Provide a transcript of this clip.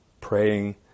praying